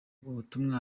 ubutumwa